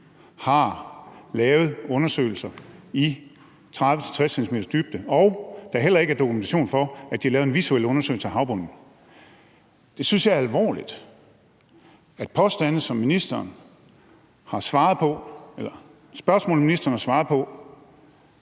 har lavet undersøgelser i 30-60 cm's dybde, og at der heller ikke er dokumentation for, at de har lavet en visuel undersøgelse af havbunden. Jeg synes, det er alvorligt, at ministerens svar på spørgsmål viser sig at